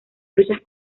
truchas